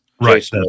right